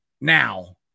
now